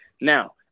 Now